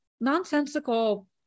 nonsensical